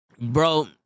Bro